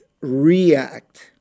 react